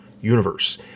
universe